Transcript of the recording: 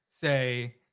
say